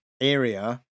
area